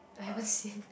I haven't seen